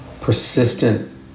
persistent